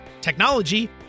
technology